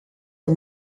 kui